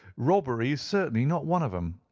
robbery is certainly not one of them.